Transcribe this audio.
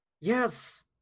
Yes